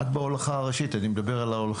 את בהולכה הראשית, אני מדבר על ההולכה הפנימית.